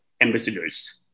ambassadors